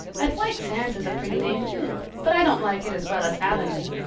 and white sands is a pretty name, too but i don't like it as well as avonlea.